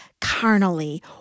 carnally